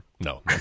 No